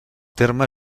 terme